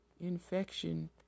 infection